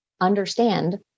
understand